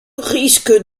risque